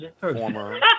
former